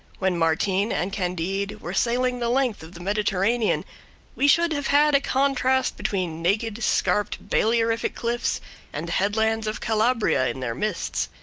when martin and candide were sailing the length of the mediterranean we should have had a contrast between naked scarped balearic cliffs and headlands of calabria in their mists.